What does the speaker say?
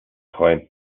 freuen